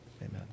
Amen